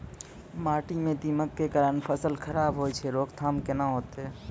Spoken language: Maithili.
माटी म दीमक के कारण फसल खराब होय छै, रोकथाम केना होतै?